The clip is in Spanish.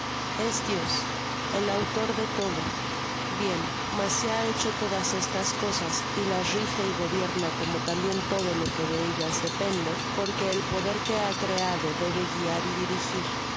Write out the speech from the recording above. es dios el auto r de todo bien mas si ha hecho todas estas cosas y las rige y gobierna como tambien todo lo que de ellas depende porque el poder que ha creado debe guiar y dirijir